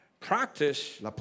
Practice